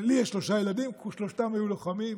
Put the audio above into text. לי יש שלושה ילדים, שלושתם היו לוחמים,